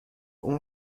اون